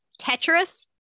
Tetris